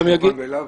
זה לא מובן מאליו,